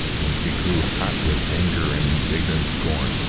and she grew hot with anger and indignant scorn.